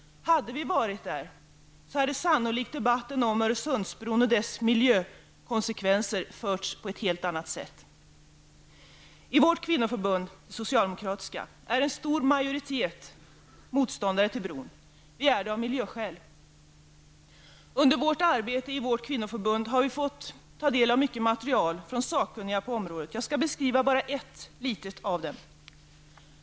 Hade vi varit där, hade debatten om Öresundsbron och dess miljökonsekvenser sannolikt förts på ett helt annat sätt. I vårt kvinnoförbund, det socialdemokratiska, är en stor majoritet motståndare till bron. Vi är det av miljöskäl. Under arbetet i vårt kvinnoförbund har vi fått ta del av mycket material från sakkunniga på området. Jag skall bara beskriva ett av dem.